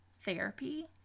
therapy